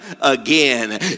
again